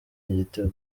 igitego